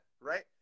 right